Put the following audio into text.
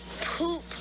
poop